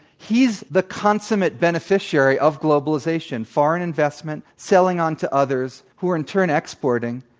he's the consummate beneficiary of globalization foreign investment, selling onto others, who are in turn exporting.